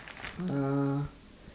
uh